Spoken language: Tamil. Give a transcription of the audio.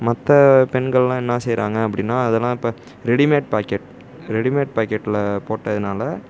மற்ற பெண்களெலாம் என்ன செய்கிறாங்க அப்படினா அதெல்லாம் இப்போ ரெடிமேட் பாக்கெட் ரெடிமேட் பாக்கெட்டில் போட்டதுனால்